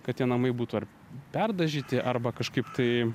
kad tie namai būtų ar perdažyti arba kažkaip tai